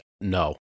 No